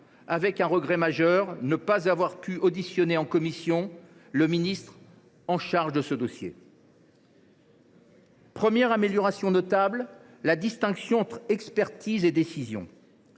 un regret majeur, celui de n’avoir pu auditionner en commission le ministre chargé de ce dossier. Première amélioration notable : la distinction entre expertise et décision.